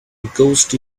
ghostly